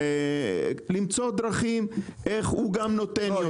או למצוא דרכים איך גם הוא נותן יותר.